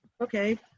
Okay